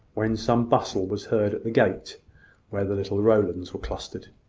when some bustle was heard at the gate where the little rowlands were clustered.